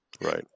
right